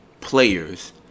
players